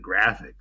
graphics